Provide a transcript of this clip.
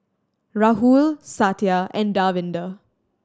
Rahul Satya and Davinder